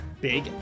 big